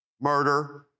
murder